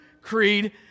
creed